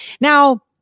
Now